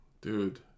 dude